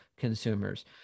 consumers